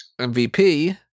MVP